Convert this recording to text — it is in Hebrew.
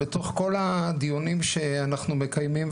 בתוך כל הדיונים שאנחנו מקיימים,